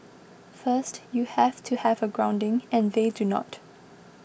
first you have to have a grounding and they do not